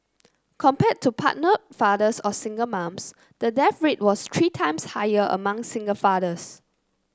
compared to partnered fathers or single moms the death rate was three times higher among single fathers